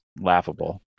laughable